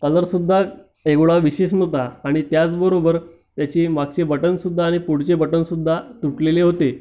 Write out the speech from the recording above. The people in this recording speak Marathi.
कलरसुध्दा एवढा विशेष नव्हता आणि त्याचबरोबर त्याचे मागचे बटणसुध्दा आणि पुढचे बटणसुध्दा तुटलेले होते